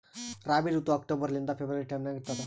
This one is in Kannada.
ರಾಬಿ ಋತು ಅಕ್ಟೋಬರ್ ಲಿಂದ ಫೆಬ್ರವರಿ ಟೈಮ್ ನಾಗ ಇರ್ತದ